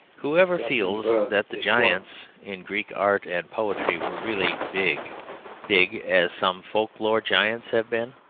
who ever feels that the giants in greek art and poetry were really big big as some folk-lore giants have been?